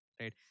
right